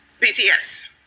bts